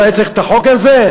הוא היה צריך את החוק הזה?